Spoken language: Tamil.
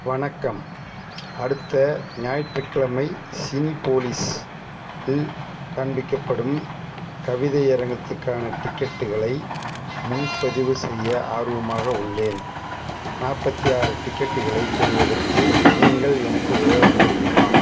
வணக்கம் அடுத்த ஞாயிற்றுக்கிழமை சினிபோலிஸ் இல் காண்பிக்கப்படும் கவிதையரங்கத்துக்கான டிக்கெட்டுகளை முன்பதிவு செய்ய ஆர்வமாக உள்ளேன் நாற்பத்தி ஆறு டிக்கெட்டுகளை பெறுவதற்கு நீங்கள் எனக்கு உதவ முடியுமா